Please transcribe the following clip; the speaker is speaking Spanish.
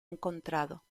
encontrado